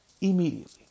immediately